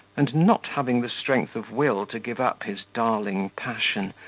and not having the strength of will to give up his darling passion,